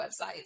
websites